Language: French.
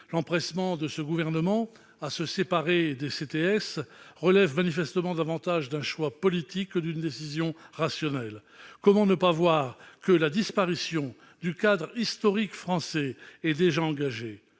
L'empressement de ce gouvernement à se séparer des CTS relève manifestement davantage d'un choix politique que d'une décision rationnelle. Comment ne pas voir que la disparition du cadre historique français est déjà engagée ?